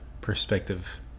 perspective